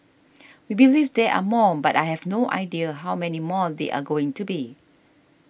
we believe there are more but I have no idea how many more there are going to be